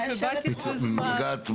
הגעתי בזמן.